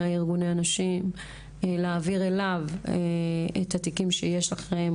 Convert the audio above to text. ארגוני הנשים להעביר אליו את התיקים שיש לכם,